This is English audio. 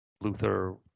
Luther